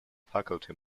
faculty